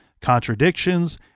contradictions